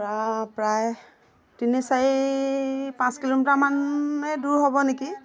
প্ৰায় তিনি চাৰি পাঁচ কিলোমিটাৰ মানেই দূৰ হ'ব নেকি